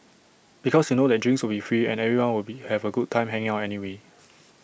because you know that drinks will free and everyone will be have A good time hanging out anyway